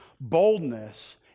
Boldness